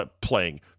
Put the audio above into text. playing